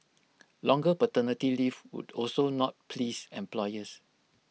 longer paternity leave would also not please employers